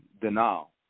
denial